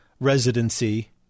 residency